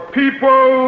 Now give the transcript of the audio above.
people